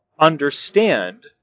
understand